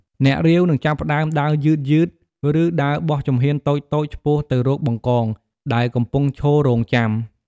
អ្នករាវ នឹងចាប់ផ្តើម ដើរយឺតៗ ឬដើរបោះជំហានតូចៗ ឆ្ពោះទៅរកបង្កង ដែលកំពុងឈររង់ចាំ។